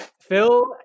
Phil